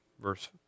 verse